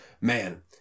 man